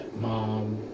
Mom